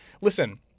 Listen